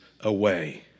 away